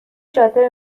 جاده